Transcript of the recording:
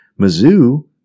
Mizzou